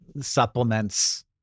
supplements